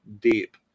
deep